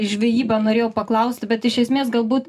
žvejybą norėjau paklausti bet iš esmės galbūt